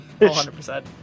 100